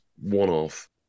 one-off